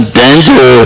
danger